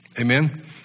Amen